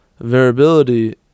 Variability